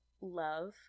love